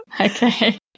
okay